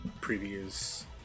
previous